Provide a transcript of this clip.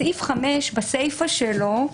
בסעיף 5, בסיפה שלו,